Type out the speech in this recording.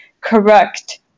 correct